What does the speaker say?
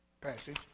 passage